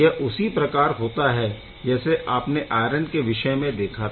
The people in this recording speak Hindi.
यह उसी प्रकार होता है जैसे आपने आयरन के विषय में देखा था